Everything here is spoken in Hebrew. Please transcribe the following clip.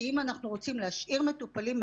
שאם אנחנו רוצים להשאיר מטופלים,